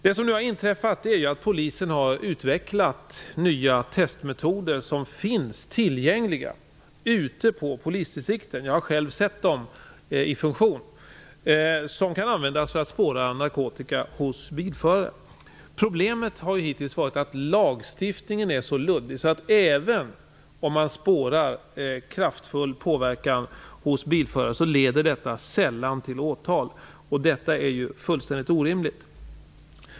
Det som nu har inträffat är att Polisen har utvecklat nya testmetoder som finns tillgängliga ute på polisdistrikten - jag har själv sett dem i funktion - som kan användas för att spåra narkotika hos bilförare. Problemet har hittills varit att lagstiftningen är så luddig att det sällan leder till åtal även om man spårar kraftfull påverkan hos bilförare. Detta är fullständigt orimligt.